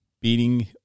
beating